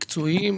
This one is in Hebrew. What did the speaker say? מקצועיים.